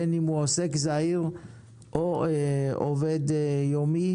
בין אם הוא עוסק זעיר או עובד יומי.